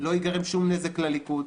לא ייגרם שום נזק לליכוד,